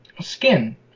skin